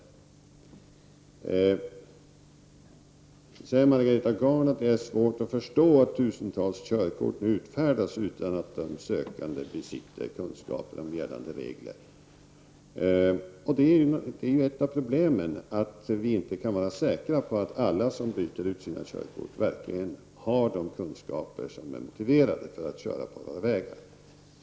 Vidare säger Margareta Gard att hon har svårt att förstå att tusentals körkort utfärdas utan att de sökande besitter kunskap om gällande regler. Ett av problemen är att vi inte kan vara säkra på att alla som byter ut sina körkort verkligen har de kunskaper som krävs för att köra på våra vägar.